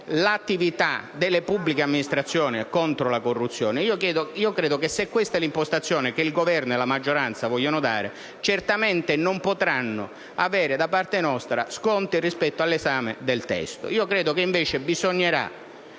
l'attività delle pubbliche amministrazioni contro la corruzione. Ebbene, se questa è l'impostazione che il Governo e la maggioranza vogliono dare ai nostri lavori, certamente non potranno avere da parte nostra sconti rispetto all'esame del testo. Credo che invece bisognerà